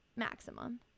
maximum